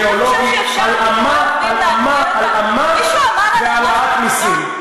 הלאמה, הלאמה, הלאמה, והעלאת מסים.